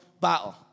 battle